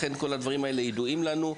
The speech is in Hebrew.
לכן כל הדברים האלה ידועים לנו.